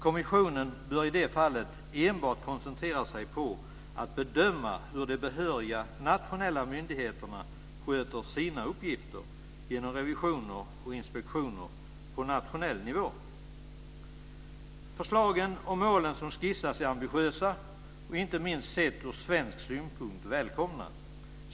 Kommissionen bör i det fallet enbart koncentrera sig på att bedöma hur de behöriga nationella myndigheterna sköter sina uppgifter genom revisioner och inspektioner på nationell nivå. Förslagen och målen som skissas är ambitiösa och inte minst sett ur svensk synpunkt välkomna.